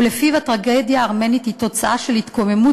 ולפיו הטרגדיה הארמנית היא תוצאה של התקוממות